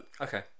okay